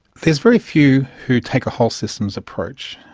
there's very few who take a whole systems approach.